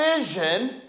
vision